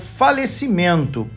falecimento